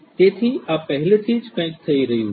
તેથી આ પહેલેથી જ કંઈક થઈ રહ્યું છે